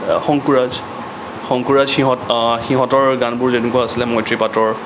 শংকুৰাজ শংকুৰাজ সিহঁত সিহঁতৰ গানবোৰ যেনেকুৱা আছিলে মৈত্ৰেয়ী পাটৰ